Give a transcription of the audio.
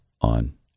on